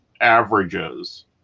averages